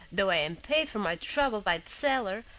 though i am paid for my trouble by the seller,